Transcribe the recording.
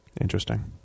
interesting